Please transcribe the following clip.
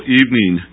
evening